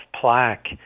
plaque